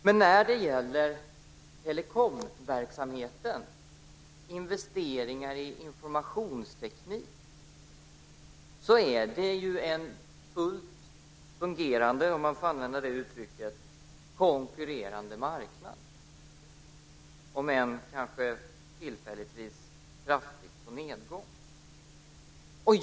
Men när det gäller telekomverksamheten och investeringar i informationsteknik finns ju en fullt fungerande - om man får använda det uttrycket - konkurrerande marknad, om än kanske tillfälligtvis på kraftig nedgång.